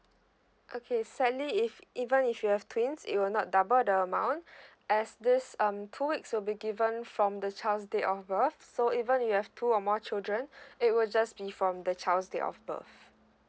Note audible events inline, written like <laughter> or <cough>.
okay sadly if even if you have twins it will not double the amount <breath> as this um two weeks will be given from the child's date of birth so even you have two or more children <breath> it will just be from the child's date of birth